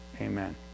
Amen